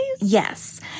Yes